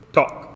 Talk